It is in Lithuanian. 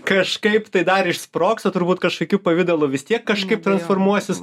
kažkaip tai dar išsprogsta turbūt kažkokiu pavidalu vis tiek kažkaip transformuosis